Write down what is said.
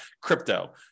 crypto